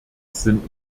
sind